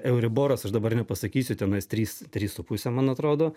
euriboras aš dabar nepasakysiu tenais trys trys su puse man atrodo